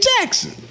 Jackson